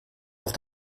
auf